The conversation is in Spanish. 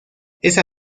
esa